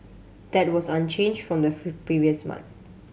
that was unchanged from the previous month